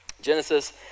Genesis